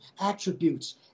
attributes